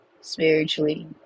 spiritually